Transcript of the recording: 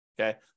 okay